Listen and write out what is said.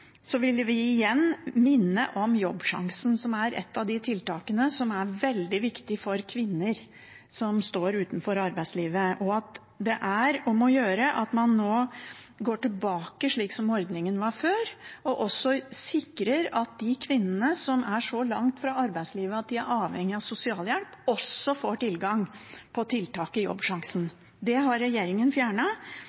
vil vi igjen minne om Jobbsjansen, som er et av de tiltakene som er veldig viktig for kvinner som står utenfor arbeidslivet, og at det er om å gjøre at man nå går tilbake til slik ordningen var før, og sikrer at de kvinnene som er så langt fra arbeidslivet at de er avhengige av sosialhjelp, også får tilgang på tiltak i Jobbsjansen.